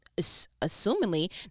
assumingly